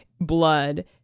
blood